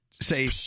say